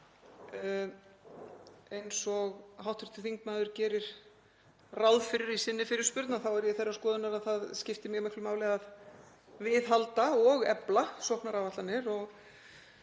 Eins og hv. þingmaður gerir ráð fyrir í sinni fyrirspurn er ég þeirrar skoðunar að það skipti mjög miklu máli að viðhalda og efla sóknaráætlanir.